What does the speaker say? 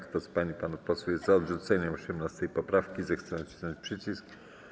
Kto z pań i panów posłów jest za odrzuceniem 18. poprawki, zechce nacisnąć przycisk.